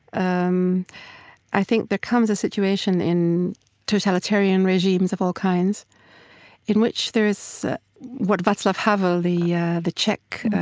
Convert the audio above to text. um i think there comes a situation in totalitarian regimes of all kinds in which there is what vaclav havel, the yeah the czech